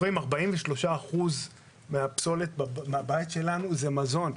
43% מהפסולת בבית שלנו זה מזון.